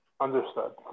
Understood